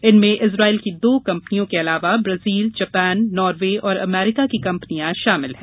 इनमें इजराइल की दो कंपनियों के अलावा ब्राजील जापान नार्वे और अमेरिका की कंपनियां शामिल है